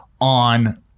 on